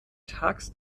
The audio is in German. tags